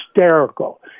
hysterical